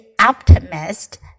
optimist